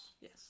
yes